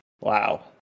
Wow